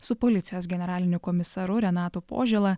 su policijos generaliniu komisaru renatu požėla